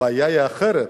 הבעיה היא אחרת,